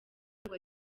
ngo